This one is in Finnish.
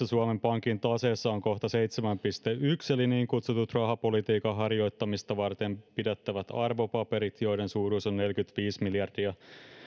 suomen pankin taseessa on kohta seitsemän piste yksi eli niin kutsutut rahapolitiikan harjoittamista varten pidettävät arvopaperit joiden suuruus on neljäkymmentäviisi miljardia